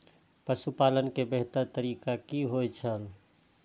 पशुपालन के बेहतर तरीका की होय छल?